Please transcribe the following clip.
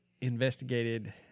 investigated